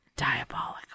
Diabolical